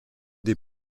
des